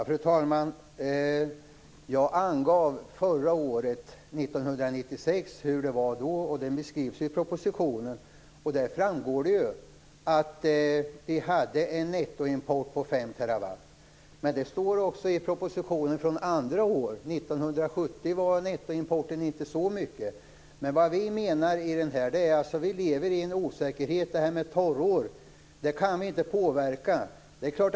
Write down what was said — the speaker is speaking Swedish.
Fru talman! Jag angav hur det var förra året, år 1996. Det beskrivs i propositionen. Där framgår det att vi hade en nettoimport på 5 TWh. Men det står också i propositionen om andra år. År 1970 var nettoimporten inte så mycket. Vi lever i en osäkerhet. Vi kan inte påverka torrår.